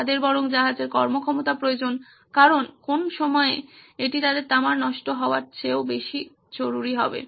তাদের বরং জাহাজের কর্মক্ষমতা প্রয়োজন কারণ কোন সময়ে এটি তাদের তামার নষ্ট হওয়ার চেয়েও বেশি জরুরী হবে